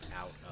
out